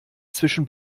zwischen